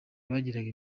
bagiraga